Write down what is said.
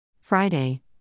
Friday